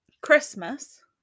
Christmas